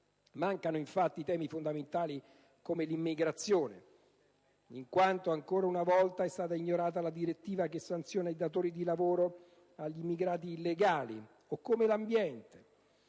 Mancano, infatti, temi fondamentali come l'immigrazione - in quanto ancora una volta è stata ignorata la direttiva che sanziona i datori di lavoro che si avvalgono di immigrati illegali - o come l'ambiente.